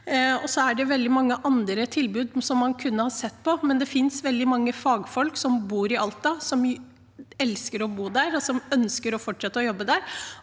og det er veldig mange andre tilbud man kunne ha sett på. Det finnes veldig mange fagfolk som bor i Alta, som elsker å bo der, og som ønsker å fortsette å jobbe der.